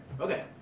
Okay